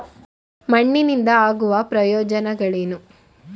ಮಣ್ಣಿನಿಂದ ಆಗುವ ಪ್ರಯೋಜನಗಳೇನು?